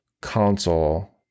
console